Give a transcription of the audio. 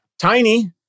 tiny